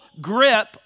grip